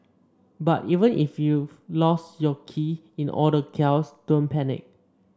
but even if you've lost your keys in all the chaos don't panic